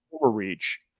overreach